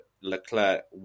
Leclerc